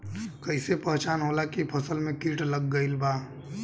कैसे पहचान होला की फसल में कीट लग गईल बा?